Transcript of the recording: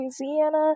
Louisiana